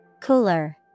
cooler